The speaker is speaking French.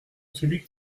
celui